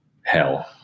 hell